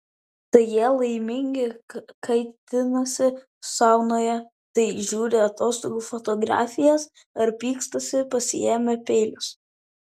tai jie laimingi kaitinasi saunoje tai žiūri atostogų fotografijas ar pykstasi pasiėmę peilius